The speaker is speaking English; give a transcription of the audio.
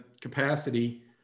capacity